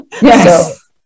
Yes